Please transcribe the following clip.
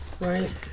Right